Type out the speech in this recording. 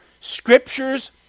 Scriptures